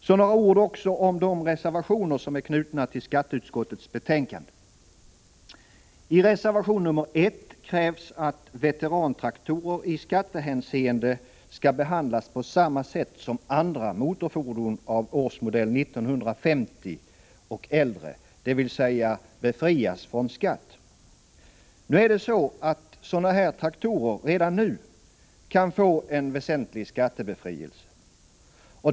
Så några ord om de reservationer som är knutna till skatteutskottets betänkande 38. I reservation 1 krävs att veterantraktorer i skattehänseende skall behandlas på samma sätt som andra motorfordon av årsmodell 1950 och äldre, dvs. befrias från skatt. Emellertid kan sådana traktorer redan nu få en väsentlig skattebefrielse.